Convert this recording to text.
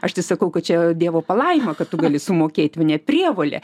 aš tai sakau kad čia dievo palaima kad tu gali sumokėti o ne prievolė